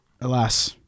alas